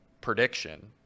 prediction